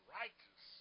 righteous